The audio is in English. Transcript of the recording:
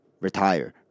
retire